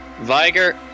Viger